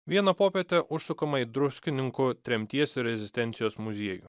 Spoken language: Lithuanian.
vieną popietę užsukama į druskininkų tremties ir rezistencijos muziejų